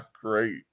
great